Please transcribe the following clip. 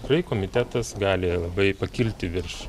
tikrai komitetas gali labai pakilti virš